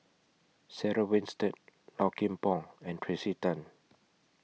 Sarah Winstedt Low Kim Pong and Tracey Tan